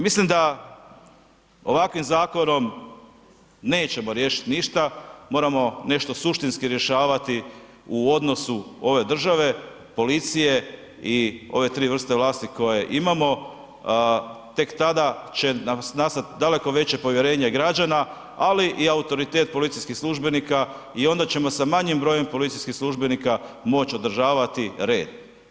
Mislim da ovakvim zakonom nećemo riješit ništa, moramo nešto suštinski rješavati u odnosu ove države, policije i ove tri vrste vlasti koje imamo, tek tada će nam nastat daleko veće povjerenje građana, ali i autoritet policijskih službenika i onda ćemo sa manjim brojem policijskih službenika moć održavati red.